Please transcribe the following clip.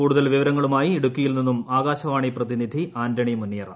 കൂടുതൽ വിവരങ്ങളുമായി ഇടുക്കിയിൽ നിന്നും ആകാശവാണി പ്രതിനിധി ആന്റണി മുനിയറ